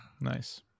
nice